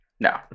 No